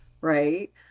right